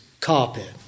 carpet